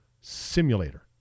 Simulator